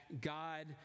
God